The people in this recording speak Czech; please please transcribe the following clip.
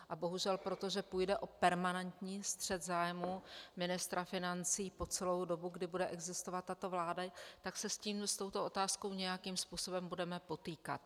A bohužel, protože půjde o permanentní střet zájmů ministra financí po celou dobu, kdy bude existovat tato vláda, tak se s touto otázkou nějakým způsobem budeme potýkat.